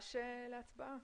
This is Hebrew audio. ניגש להצבעה